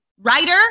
writer